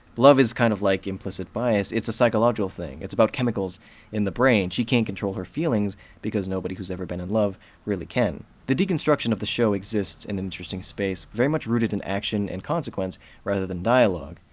love is kind of like implicit bias it's a psychological thing, it's about chemicals in the brain she can't control her feelings because nobody who's ever been in love really can. the deconstruction of the show exists in an interesting space, very much rooted in action and consequence rather than dialogue,